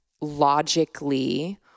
logically